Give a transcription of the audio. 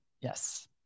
Yes